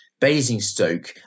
Basingstoke